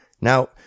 Now